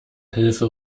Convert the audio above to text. hilfe